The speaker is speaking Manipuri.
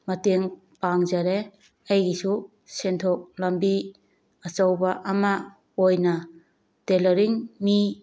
ꯃꯇꯦꯡ ꯄꯥꯡꯖꯔꯦ ꯑꯩꯒꯤꯁꯨ ꯁꯦꯟꯊꯣꯛ ꯂꯝꯕꯤ ꯑꯆꯧꯕ ꯑꯃ ꯑꯣꯏꯅ ꯇꯦꯂꯔꯤꯡ ꯃꯤ